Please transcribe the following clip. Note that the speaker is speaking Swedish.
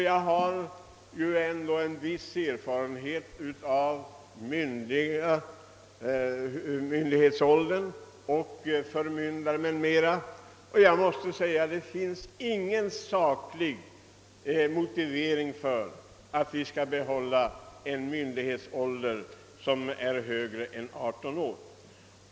Jag har en viss erfarenhet av myndighetsåldern i förmyndarsammanhang och på grundval därav måste jag säga att det inte finns någon saklig motivering för att behålla en myndighetsålder som är högre än 18 år.